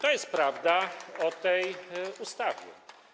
To jest prawda o tej ustawie.